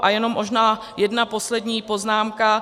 A jenom možná jedna poslední poznámka.